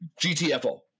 GTFO